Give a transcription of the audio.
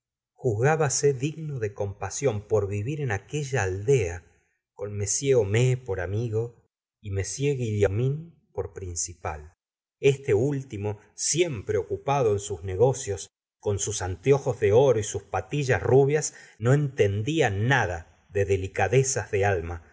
juzgábase digno de compasión por vivir en aquella aldea con m homais por amigo y m guillanmin por principal este último siempre ocupado en sus negocios con sus anteojos de oro y sus patillas rubias no entendía nada de delicadeza de alma